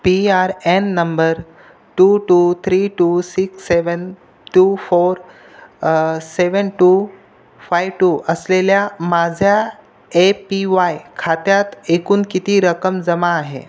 P R N number two two three two six seven two four seven two five two असलेल्या माझ्या A P Y खात्यात एकूण किती रक्कम जमा आहे